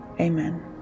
Amen